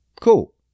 Cool